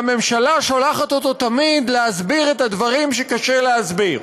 והממשלה שולחת אותו תמיד להסביר את הדברים שקשה להסביר.